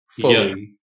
fully